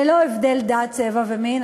ללא הבדל דת, צבע ומין?